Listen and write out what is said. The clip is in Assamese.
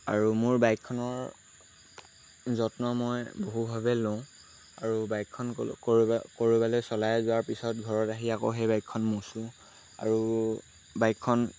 আৰু মোৰ বাইকখনৰ যত্ন মই বহুভাৱে লওঁ আৰু বাইকখন ক'ৰবালৈ চলাই যোৱাৰ পিছত ঘৰত আহি আকৌ সেই বাইকখন মোচোঁ আৰু বাইকখন